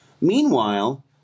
Meanwhile